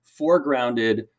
foregrounded